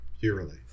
Purely